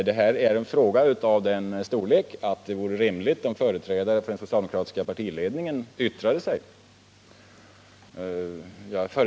Detta är ju en fråga av sådan storlek att det vore rimligt, om företrädare för den socialdemokratiska partiledningen yttrade sig.